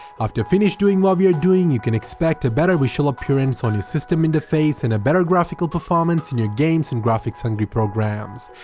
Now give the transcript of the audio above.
after finish doing what we are doing you can expect a better visual so appearance on your system interface and a better graphical performance in your games and graphics hungry programs!